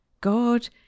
God